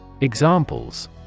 Examples